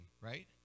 right